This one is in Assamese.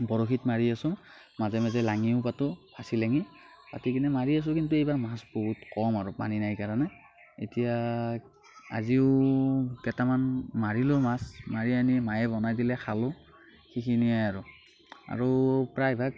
বৰশীত মাৰি আছোঁ মাজে মাজে লাঙীও পাতো ফাঁচী লাঙী পাতিকেনে মাৰি আছোঁ কিন্তু এইবাৰ মাছ বহুত কম আৰু পানী নাই কাৰণে এতিয়া আজিও কেইটামান মাৰিলোঁ মাছ মাৰি আনি মায়ে বনাই দিলে খালোঁ সেইখিনিয়ে আৰু আৰু প্ৰায়ভাগ